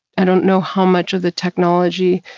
i don't know how much of the technology,